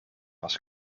was